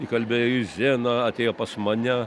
įkalbėjo juzėną atėjo pas mane